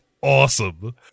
awesome